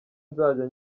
nzajya